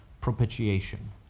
propitiation